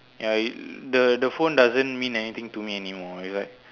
ya you the the phone doesn't mean anything to me anymore it's like